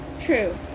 True